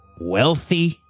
wealthy